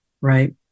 Right